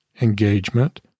engagement